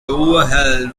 overhead